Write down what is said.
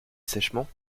sèchement